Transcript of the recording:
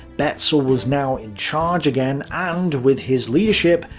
betzel was now in charge again and, with his leadership,